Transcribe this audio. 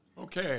Okay